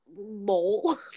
mole